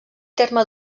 terme